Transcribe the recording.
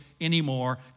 anymore